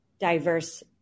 diverse